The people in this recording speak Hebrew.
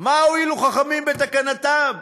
מה הועילו חכמים בתקנתם?